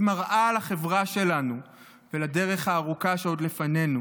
מראה לחברה שלנו ולדרך הארוכה שעוד לפנינו.